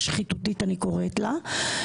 אני קוראת לה שחיתותית.